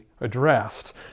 addressed